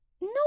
No